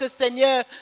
Seigneur